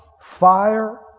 fire